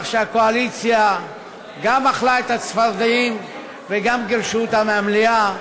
שהקואליציה גם אכלה את הצפרדעים וגם גירשו אותה מהמליאה,